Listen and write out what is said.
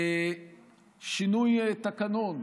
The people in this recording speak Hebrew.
שינוי תקנון.